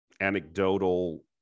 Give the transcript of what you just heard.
anecdotal